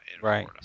Right